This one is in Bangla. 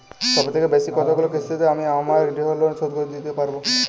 সবথেকে বেশী কতগুলো কিস্তিতে আমি আমার গৃহলোন শোধ দিতে পারব?